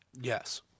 Yes